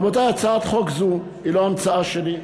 רבותי, הצעת חוק זו אינה המצאה שלי.